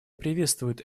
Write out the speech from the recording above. приветствует